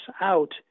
out